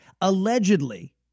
allegedly